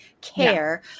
care